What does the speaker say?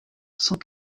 cent